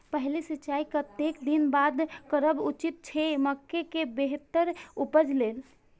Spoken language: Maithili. पहिल सिंचाई कतेक दिन बाद करब उचित छे मके के बेहतर उपज लेल?